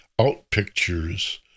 outpictures